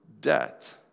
debt